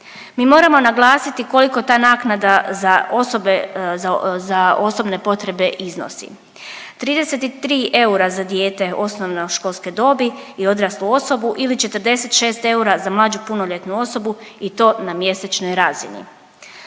Mi moramo naglasiti koliko ta naknada za osobne potrebe iznosi. 33 eura za dijete osnovnoškolske dobi i odraslu osobu ili 46 eura za mlađu punoljetnu osobu i to na mjesečnoj razini.